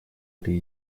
этой